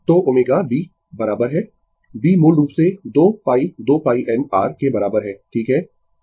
तो ω b बराबर है b मूल रूप से 2 π 2 π n r के बराबर है ठीक है